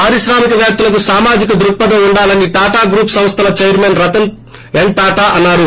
పారిశ్రామిక పేత్తలకు సామాజిక ద్వక్సధం ఉండాలని టాటా గ్రూప్ సంస్వల చెర్మన్ రతస్ ఎన్ టాటా అన్సారు